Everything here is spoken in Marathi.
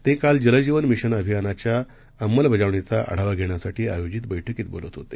तेकालजलजीवनमिशनअभियानाच्याअंमलबजावणीचाआढावाघेण्यासाठीआयोजितबैठकीतबोलतहोते